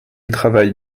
travaille